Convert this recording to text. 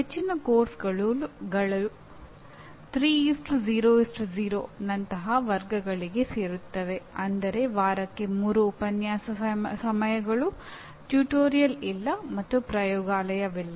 ಹೆಚ್ಚಿನ ಪಠ್ಯಕ್ರಮಗಳು 3 0 0 ನಂತಹ ವರ್ಗಗಳಿಗೆ ಸೇರುತ್ತವೆ ಅಂದರೆ ವಾರಕ್ಕೆ 3 ಉಪನ್ಯಾಸ ಸಮಯಗಳು ಟ್ಯುಟೋರಿಯಲ್ ಇಲ್ಲ ಮತ್ತು ಪ್ರಯೋಗಾಲಯವಿಲ್ಲ